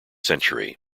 century